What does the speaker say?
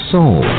Soul